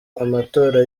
amatora